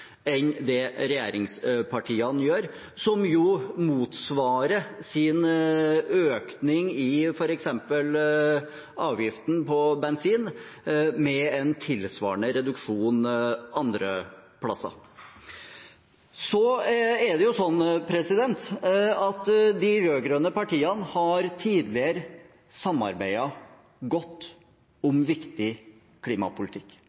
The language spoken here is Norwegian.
enn det regjeringspartiene gjør, som jo motsvarer sin økning i f.eks. avgiften på bensin med en tilsvarende reduksjon andre plasser. Så er det jo slik at de rød-grønne partiene tidligere har samarbeidet godt om viktig klimapolitikk.